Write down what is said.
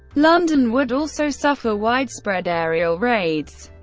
london would also suffer widespread aerial raids,